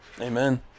Amen